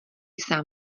sám